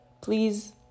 Please